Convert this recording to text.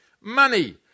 Money